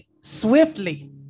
swiftly